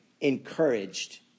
encouraged